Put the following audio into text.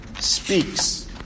speaks